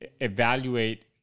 evaluate